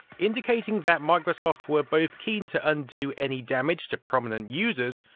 indicating that microsoft were both keen to undo any damage to prominent users,